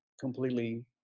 completely